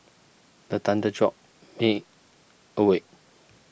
the thunder jolt me awake